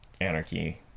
anarchy